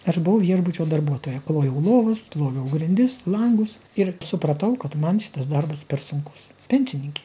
aš buvau viešbučio darbuotoja klojau lovas ploviau grindis langus ir supratau kad man šitas darbas per sunkus pensininkė